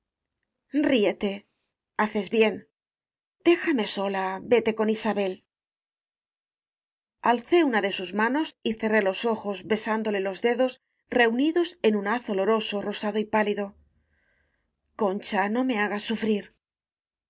ríete haces bien déjame sola vete con isabel alcé una de sus manos y cerré los ojos be sándole los dedos reunidos en un haz oloro so rosado y pálido concha no me hagas sufrir